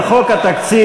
על חוק התקציב,